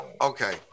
Okay